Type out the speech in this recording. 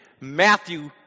Matthew